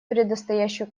предстоящую